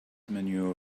manure